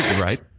Right